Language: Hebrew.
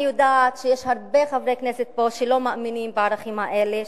אני יודעת שיש הרבה חברי כנסת פה שלא מאמינים בערכים האלה,